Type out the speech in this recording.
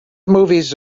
movies